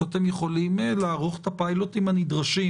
שאתם יכולים לערוך את הפיילוטים הנדרשים